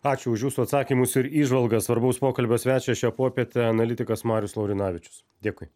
ačiū už jūsų atsakymus ir įžvalgas svarbaus pokalbio svečias šią popietę analitikas marius laurinavičius dėkui